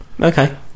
Okay